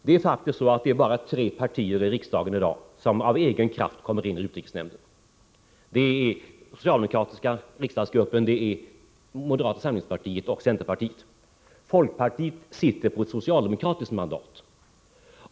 Det är emellertid faktiskt bara tre partier i riksdagen som i dag av egen kraft kommer in i utrikesnämnden: den socialdemokratiska riksdagsgruppen, moderata samlingspartiet och centerpartiet. Folkpartiet sitter på ett socialdemokratiskt mandat.